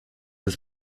his